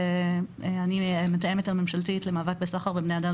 אני המתאמת הממשלתית למאבק בסחר בבני אדם,